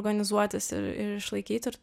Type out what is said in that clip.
organizuotis ir išlaikyt ir